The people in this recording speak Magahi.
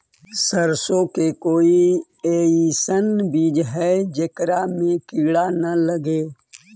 सरसों के कोई एइसन बिज है जेकरा में किड़ा न लगे?